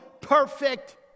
perfect